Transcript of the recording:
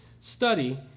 study